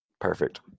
Perfect